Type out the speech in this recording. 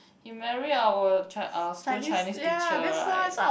he marry our chi~ our school Chinese teacher right